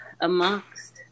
amongst